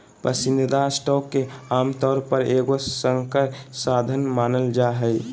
पसंदीदा स्टॉक के आमतौर पर एगो संकर साधन मानल जा हइ